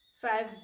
five